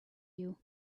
you